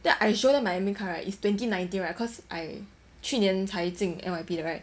then I show them my admin card right it's twenty nineteen right cause I 去年才进:qu nian|ning cai jin N_Y_P 的 right